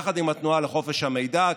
יחד עם התנועה לחופש המידע,